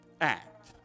act